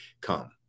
come